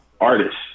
artist